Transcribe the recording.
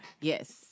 Yes